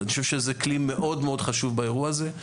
אני חושב שזה כלי מאוד מאוד חשוב באירוע הזה.